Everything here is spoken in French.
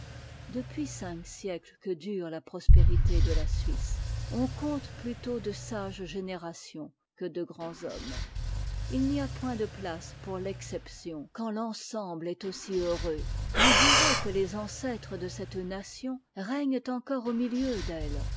depuis cinq siècles que dure la prospérité de la suisse on compte plutôt de sages générations que de grands hommes i n'y a point de place pour l'exception quand l'ensemble est si heureux on dirait que les ancêtres de cette nation règnent encore au milieu d'elle